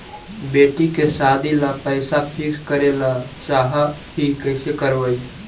बेटि के सादी ल पैसा फिक्स करे ल चाह ही कैसे करबइ?